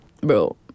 Bro